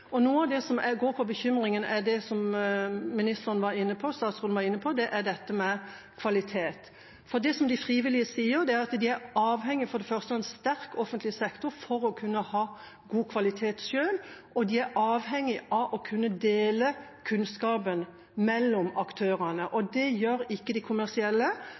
Noe av bekymringen handler om det statsråden var inne på, dette med kvalitet. Det de frivillige sier, er at de for det første er avhengig av en sterk offentlig sektor for å kunne ha god kvalitet selv, og at de er avhengig av å kunne dele kunnskapen mellom aktørene. Og det gjør ikke de kommersielle